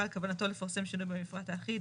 על כוונתו לפרסם שינוי במפרט האחיד